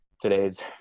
Today's